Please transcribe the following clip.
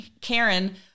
karen